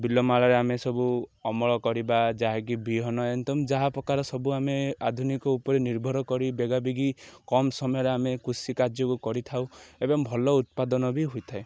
ବିଲମାଳରେ ଆମେ ସବୁ ଅମଳ କରିବା ଯାହାକି ବିହନ ଯାହା ପ୍ରକାର ସବୁ ଆମେ ଆଧୁନିକ ଉପରେ ନିର୍ଭର କରି ବେଗାବେଗି କମ୍ ସମୟରେ ଆମେ କୃଷି କାର୍ଯ୍ୟକୁ କରିଥାଉ ଏବଂ ଭଲ ଉତ୍ପାଦନ ବି ହୋଇଥାଏ